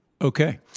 Okay